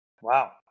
Wow